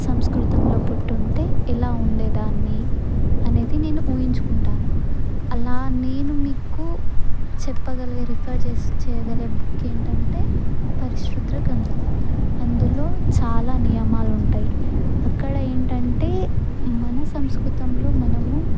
సంస్కృతంలో పుట్టుంటే ఎలా ఉండేదాన్ని అనేది నేను ఊహించుకుంటాను అలా నేను మీకు చెప్పగలిగే రిఫర్ చేసి చేయగలే బుక్ ఏంటంటే పరిశుద్ద గ్రంధము అందులో చాలా నియమాలు ఉంటాయి అక్కడ ఏంటంటే మన సంస్కృతంలో మనము